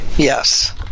Yes